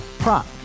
Prop